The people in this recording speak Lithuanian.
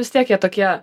vis tiek jie tokie